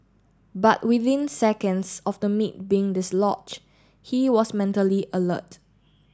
but within seconds of the meat being dislodge he was mentally alert